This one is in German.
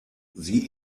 sie